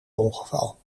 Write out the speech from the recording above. ongeval